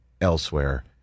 elsewhere